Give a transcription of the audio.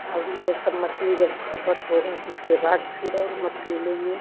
और ये सब मछली जब खपत होगा तो इसके बाद फिर और मछली लेंगे